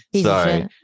Sorry